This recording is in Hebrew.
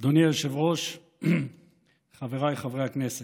אדוני היושב-ראש, חבריי חברי הכנסת,